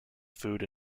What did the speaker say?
food